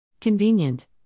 Convenient